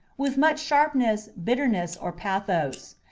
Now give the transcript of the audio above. with much sharp ness, bitterness, or pathos,